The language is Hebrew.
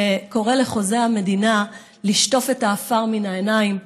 שקורא לחוזה המדינה לשטוף את העפר מן העיניים,